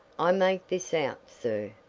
i make this out, sir,